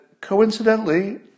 coincidentally